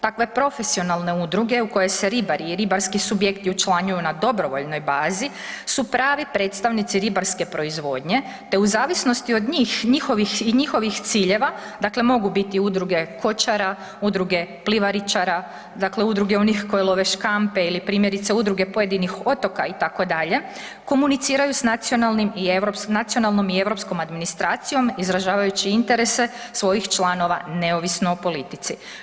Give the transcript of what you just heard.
Takve profesionalne udruge u koje se ribari i ribarski subjekti učlanjuju na dobrovoljnoj bazi su pravi predstavnici ribarske proizvodnje te u zavisnosti od njih i njihovih ciljeva dakle mogu biti udruge kočara, udruge plivarićara, udruge onih koji love škampe ili primjerice pojedinih otoka itd., komuniciraju s nacionalnim, nacionalnom i europskom administracijom izražavajući interese svojih članova neovisno o politici.